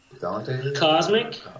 Cosmic